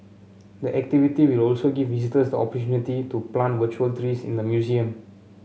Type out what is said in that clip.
the activity will also give visitors the opportunity to plant virtual trees in the museum